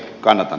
kanadan